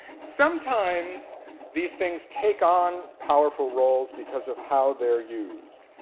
sometimes these things take on powerful roles because of how they are used.